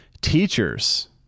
teachers